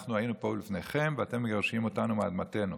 אנחנו היינו פה לפניכם ואתם מגרשים אותנו מאדמתנו.